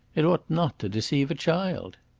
it ought not to deceive a child.